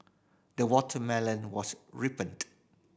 the watermelon was ripened